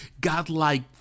godlike